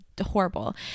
horrible